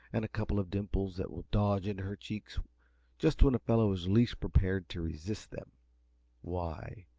and a couple of dimples that will dodge into her cheeks just when a fellow is least prepared to resist them why,